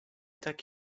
tak